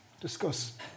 Discuss